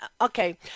okay